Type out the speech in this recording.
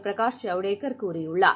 பிரகாஷ் ஜவடேகர் கூறியுள்ளார்